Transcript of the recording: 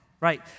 right